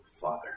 Father